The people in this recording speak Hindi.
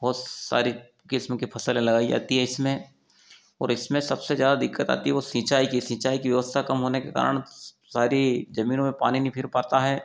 बहुत सारी किस्म की फसले लगाई जाती है इसमें और इसमें सबसे ज़्यादा दिक्कत आती है वो सिंचाई की सिंचाई की व्यवस्था कम होने के कारण सारी जमीनों में पानी नहीं फिर पाता है